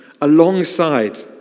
alongside